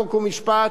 חוק ומשפט,